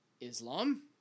Islam